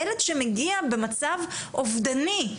ילד שמגיע במצב אובדני,